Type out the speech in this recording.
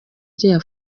iriya